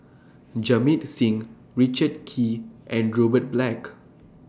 Jamit Singh Richard Kee and Robert Black